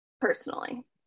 personally